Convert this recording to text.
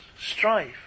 strife